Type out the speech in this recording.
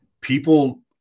people